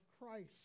Christ